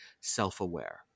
self-aware